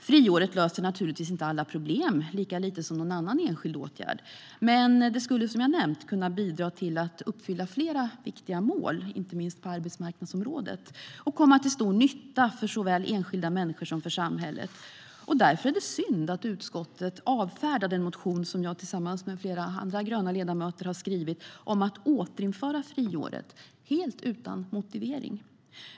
Friåret löser naturligtvis inte alla problem, lika lite som någon annan enskild åtgärd. Men det skulle som jag har nämnt kunna bidra till att uppfylla flera viktiga mål, inte minst på arbetsmarknadsområdet och komma till stor nytta för såväl enskilda människor som samhället. Därför är det synd att utskottet helt utan motivering avfärdar den motion som jag tillsammans med flera andra gröna ledamöter har skrivit om att återinföra friåret.